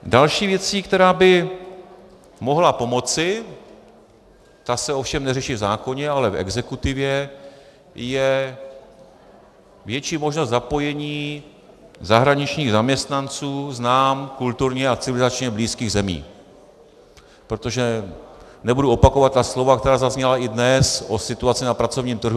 Další věcí, která by mohla pomoci, ta se ovšem neřeší v zákoně, ale v exekutivě, je větší možnost zapojení zahraničních zaměstnanců z nám kulturně a civilizačně blízkých zemí, protože nebudu opakovat ta slova, která zazněla i dnes o situaci na pracovním trhu.